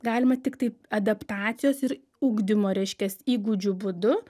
galima tiktai adaptacijos ir ugdymo reiškias įgūdžių būdu